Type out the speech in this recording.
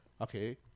okay